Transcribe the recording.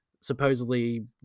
supposedly